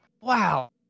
wow